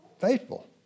Faithful